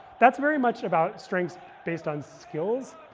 that's very much about strengths based on skills,